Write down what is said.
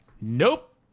Nope